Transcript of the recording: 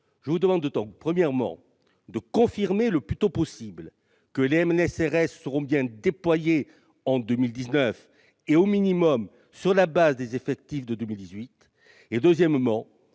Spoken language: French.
je vous demande donc, premièrement, de confirmer le plus tôt possible que les MNS-CRS seront bien déployés en 2019, au minimum sur la base des effectifs de 2018, et deuxièmement,